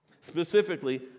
Specifically